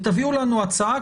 תביאו לנו הצעה,